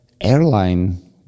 airline